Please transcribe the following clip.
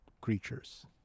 creatures